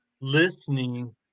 listening